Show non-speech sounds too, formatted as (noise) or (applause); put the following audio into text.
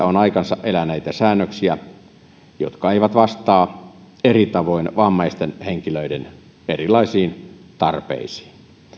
(unintelligible) on aikansa eläneitä säännöksiä jotka eivät vastaa eri tavoin vammaisten henkilöiden erilaisiin tarpeisiin